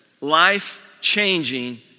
life-changing